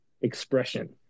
expression